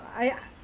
I